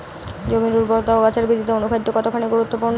জমির উর্বরতা ও গাছের বৃদ্ধিতে অনুখাদ্য কতখানি গুরুত্বপূর্ণ?